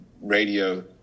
radio